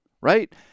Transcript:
right